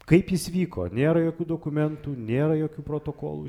kaip jis vyko nėra jokių dokumentų nėra jokių protokolų